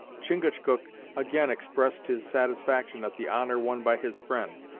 chingachgook again expressed his satisfaction at the honour won by his friend,